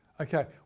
Okay